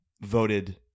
voted